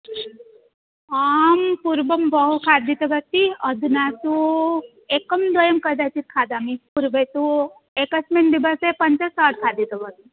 आं पूर्वं बहु खादितवती अधुना तु एकं द्वयं कदाचित् खादामि पूर्वं तु एकस्मिन् दिवसे पञ्च षड् खादितवती